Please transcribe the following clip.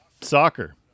soccer